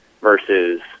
versus